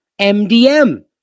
MDM